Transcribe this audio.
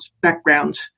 background